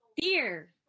dear